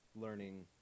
learning